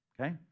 okay